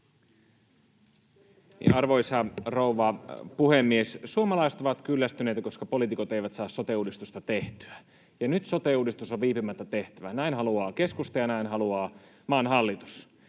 Arvoisa rouva puhemies! Suomalaiset ovat kyllästyneitä, koska poliitikot eivät saa sote-uudistusta tehtyä. Nyt sote-uudistus on viipymättä tehtävä. Näin haluaa keskusta, ja näin haluaa maan hallitus.